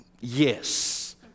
Yes